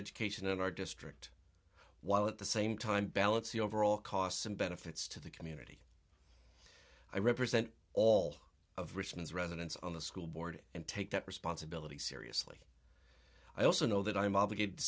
education in our district while at the same time balance the overall costs and benefits to the community i represent all of richmond's residents on the school board and take that responsibility seriously i also know that i am obligated to